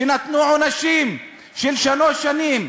שנתנו עונשים של שלוש שנים,